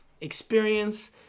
experience